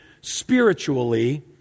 spiritually